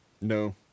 No